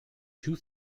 two